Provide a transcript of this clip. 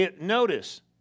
Notice